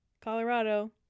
Colorado